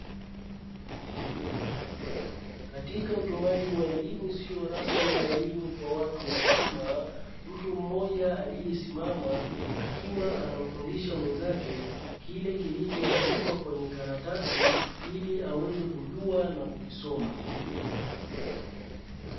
Katika utoaji wa elimu isiyo rasmi na elimu kwa watu wazima, mtu mmoja aliyesimama akiwa anamfundisha mwenzake kile kilichoandikwa kwenye karatasi ili aweze kujua na kukisoma.